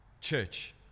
church